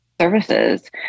services